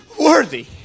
worthy